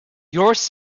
yours